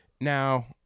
Now